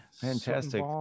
fantastic